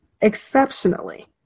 exceptionally